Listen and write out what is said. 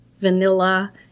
vanilla